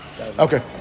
Okay